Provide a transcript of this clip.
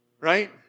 Right